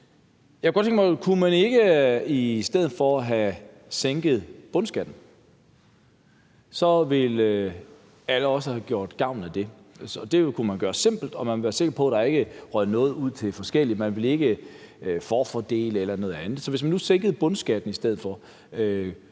Jeg kunne godt tænke mig at høre, om man ikke i stedet for kunne have sænket bundskatten. Så ville alle os, der havde gjort gavn, få gavn af det, og det kunne man gøre simpelt, og man ville være sikker på, at der ikke røg noget ud til nogle forskellige; man ville ikke forfordele eller noget andet. Så hvis man nu sænkede bundskatten i stedet for,